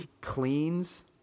cleans